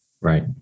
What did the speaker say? Right